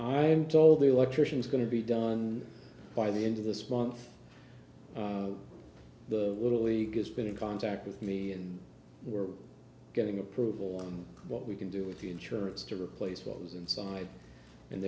am told the electrician is going to be done by the end of this month the little league has been in contact with me and we're getting approval on what we can do with the insurance to replace what was inside and